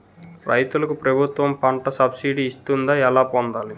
రైతులకు ప్రభుత్వం పంట సబ్సిడీ ఇస్తుందా? ఎలా పొందాలి?